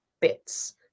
bits